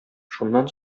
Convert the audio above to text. шуннан